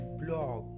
blog